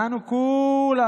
דנו כולם,